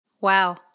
Wow